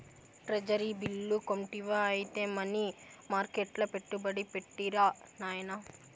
treasury bill కొంటివా ఐతే money మర్కెట్ల పెట్టుబడి పెట్టిరా నాయనా